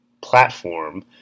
platform